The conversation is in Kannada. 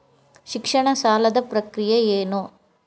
ಶಿಕ್ಷಣ ಸಾಲದ ಪ್ರಕ್ರಿಯೆ ಏನು?